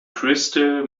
crystal